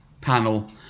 panel